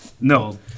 No